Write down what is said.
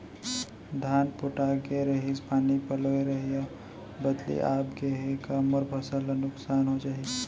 धान पोठागे रहीस, पानी पलोय रहेंव, बदली आप गे हे, का मोर फसल ल नुकसान हो जाही?